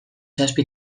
zazpi